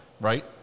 right